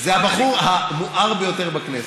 זה הבחור המואר ביותר בכנסת.